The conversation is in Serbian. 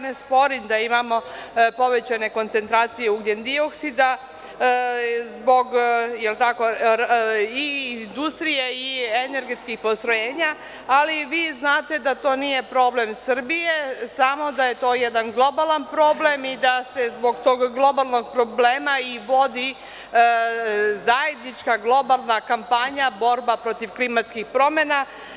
Ne sporim da imamo povećane koncentracije ugljendioksida, zbog industrije i energetskih postrojenja, ali vi znate da to nije samo problem Srbije, da je to jedan globalan problem i da se zbog tog globalnog problema i vodi zajednička globalna kampanja, borba protiv klimatskih promena.